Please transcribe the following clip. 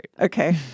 Okay